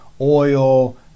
oil